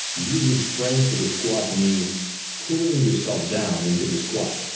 using strength for the squat means pulling yourself down into the squat,